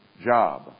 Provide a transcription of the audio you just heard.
job